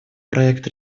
проект